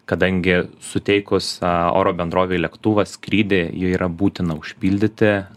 kadangi suteikus oro bendrovei lėktuvą skrydį jį yra būtina užpildyti